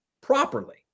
properly